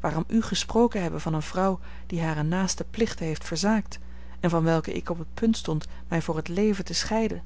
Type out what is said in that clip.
waarom u gesproken hebben van eene vrouw die hare naaste plichten heeft verzaakt en van welke ik op het punt stond mij voor het leven te scheiden